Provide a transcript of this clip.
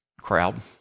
crowd